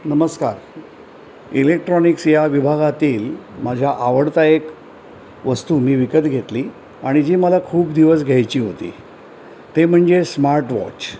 नमस्कार इलेक्ट्रॉनिक्स या विभागातील माझ्या आवडता एक वस्तू मी विकत घेतली आणि जी मला खूप दिवस घ्यायची होती ते म्हणजे स्मार्ट वॉच